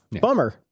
bummer